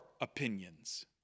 opinions